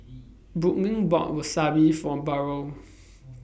Brooklynn bought Wasabi For Burrel